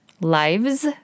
lives